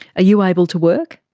you able to work?